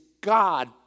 God